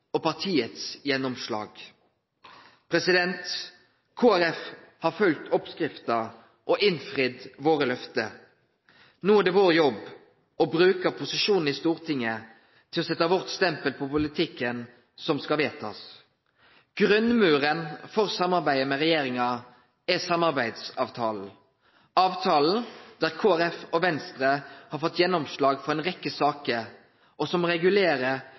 og partiets gjennomslag.» Kristeleg Folkeparti har følgt oppskrifta og innfridd våre løfte. No er det vår jobb å bruke posisjonen i Stortinget til å setje vårt stempel på politikken me skal vedta. Grunnmuren for samarbeidet med regjeringa er samarbeidsavtalen; avtalen der Kristeleg Folkeparti og Venstre har fått gjennomslag for ei rekke saker og som regulerer